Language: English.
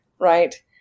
right